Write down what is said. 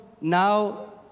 Now